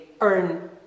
earn